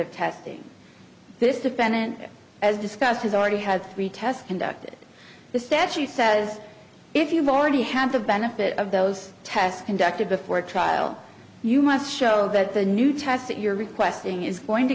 of testing this defendant as discussed has already had three tests conducted the statute says if you've already had the benefit of those tests conducted before a trial you must show that the new test that you're requesting is going to